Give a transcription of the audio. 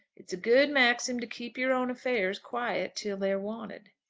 it's a good maxim to keep your own affairs quiet till they're wanted.